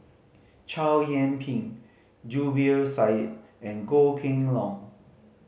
Chow Yian Ping Zubir Said and Goh Kheng Long